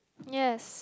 yes